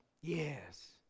Yes